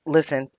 Listen